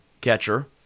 Catcher